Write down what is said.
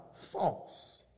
false